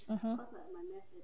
mmhmm